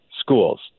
Schools